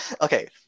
okay